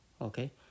okay